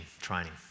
training